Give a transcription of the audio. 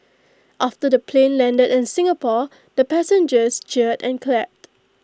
after the plane landed in Singapore the passengers cheered and clapped